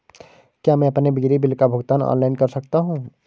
क्या मैं अपने बिजली बिल का भुगतान ऑनलाइन कर सकता हूँ?